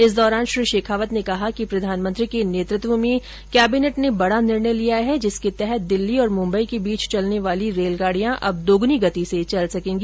इस दौरान श्री शेखावत ने कहा कि प्रधानमंत्री के नेतृत्व में केबिनेट ने बड़ा निर्णय लिया है जिसके तहत दिल्ली और मुंबई के बीच चलने वाली ट्रेनें अब दोगुनी गति से चल सकेगी